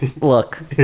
look